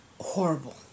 horrible